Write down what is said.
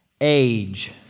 age